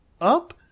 up